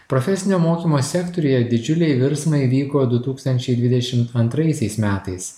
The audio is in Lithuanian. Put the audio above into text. profesinio mokymo sektoriuje didžiuliai virsmai vyko du tūkstančiai dvidešim antraisiais metais